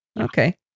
okay